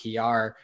PR